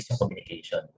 communication